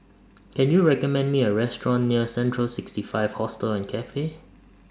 Can YOU recommend Me A Restaurant near Central sixty five Hostel and Cafe